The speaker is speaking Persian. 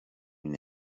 این